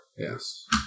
Yes